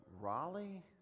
Raleigh